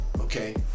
okay